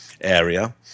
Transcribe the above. area